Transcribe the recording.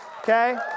okay